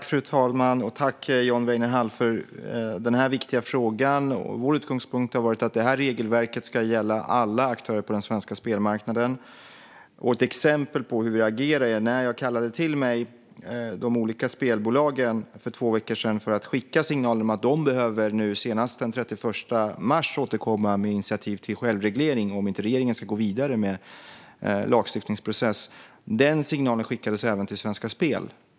Fru talman! Tack, John Weinerhall, för den viktiga frågan! Vår utgångspunkt har varit att regelverket ska gälla alla aktörer på den svenska spelmarknaden. Ett exempel på hur vi agerar är att jag för två veckor sedan kallade till mig de olika spelbolagen. Jag ville skicka en signal om att de senast den 31 mars behöver återkomma med initiativ till självreglering om regeringen inte ska gå vidare med en lagstiftningsprocess. Denna signal skickades även till Svenska Spel.